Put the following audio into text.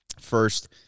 First